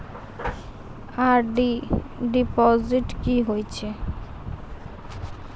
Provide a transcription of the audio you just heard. RD deposit की होय छै?